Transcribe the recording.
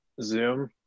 Zoom